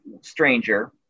stranger